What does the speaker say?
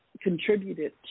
contributed